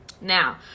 Now